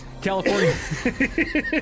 California